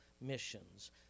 missions